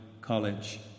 College